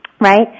right